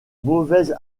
mauvaise